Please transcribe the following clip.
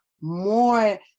more